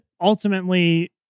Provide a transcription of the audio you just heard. ultimately